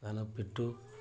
ଧାନ ପିଟୁ